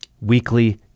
weekly